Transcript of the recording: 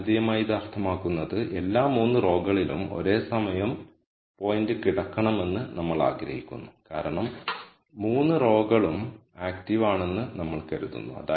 ജ്യാമിതീയമായി ഇത് അർത്ഥമാക്കുന്നത് എല്ലാ 3 റോകളിലും ഒരേ സമയം പോയിന്റ് കിടക്കണമെന്ന് നമ്മൾ ആഗ്രഹിക്കുന്നു കാരണം 3 റോകളും ആക്റ്റീവ് ആണെന്ന് നമ്മൾ കരുതുന്നു